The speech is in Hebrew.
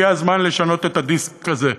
הגיע הזמן לשנות את הדיסקט הזה.